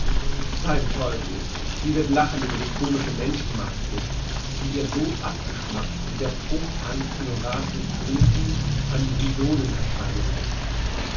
beim teufel sie wird lachen über die komische menschenmaske die ihr so abgeschmackt wie der popanz in horazens briefe an die pisonen erscheinen muß